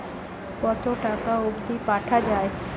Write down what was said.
কতো টাকা অবধি পাঠা য়ায়?